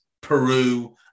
Peru